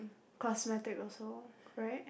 cosmetic also right